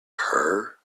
her